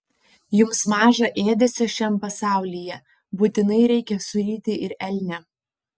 jums maža ėdesio šiam pasaulyje būtinai reikia suryti ir elnią